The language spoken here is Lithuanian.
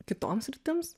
kitom sritims